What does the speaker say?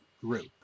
group